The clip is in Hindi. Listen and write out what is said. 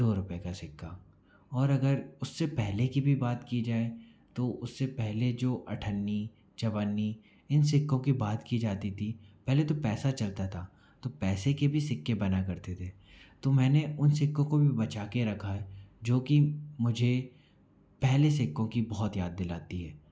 दो रुपए का सिक्का और अगर उससे पहले की भी बात की जाए तो उससे पहले जो अठन्नी चवन्नी इन सिक्कों की बात की जाती थी पहले तो पैसा चलता था तो पैसे के भी सिक्के बना करते थे तो मैंने उन सिक्कों को भी बचा के रखा है जो कि मुझे पहले सिक्कों की बहुत याद दिलाती है